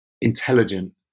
intelligent